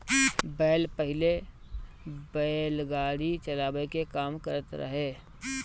बैल पहिले बैलगाड़ी चलावे के काम करत रहे